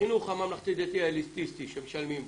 החינוך הממלכתי-דתי האליטיסטי שמשלמים בו,